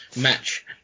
match